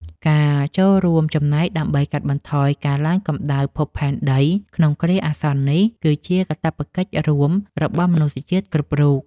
ការចូលរួមចំណែកដើម្បីកាត់បន្ថយការឡើងកម្ដៅភពផែនដីក្នុងគ្រាអាសន្ននេះ គឺជាកាតព្វកិច្ចរួមរបស់មនុស្សជាតិគ្រប់រូប។